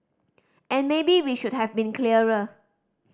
and maybe we should have been clearer